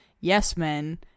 yes-men